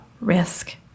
risk